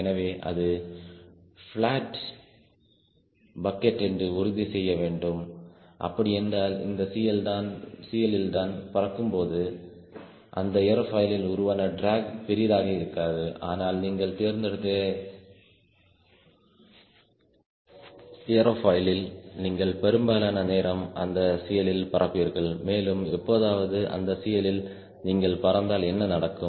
எனவே அது flat bucket என்று உறுதி செய்ய வேண்டும் அப்படி என்றால் இந்த CL ல் நான் பிறக்கும் போது அந்த ஏரோபாயிலில் உருவான டிராக் பெரிதாக இருக்காதுஆனால் நீங்கள் தேர்ந்தெடுத்த ஏரோபாயிலில் நீங்கள் பெரும்பாலான நேரம் அந்த CL ல் பறப்பிர்கள் மேலும் எப்போதாவது அந்த CL ல் நீங்கள் பறந்தால் என்ன நடக்கும்